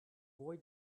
boy